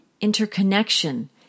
interconnection